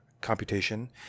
computation